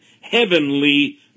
heavenly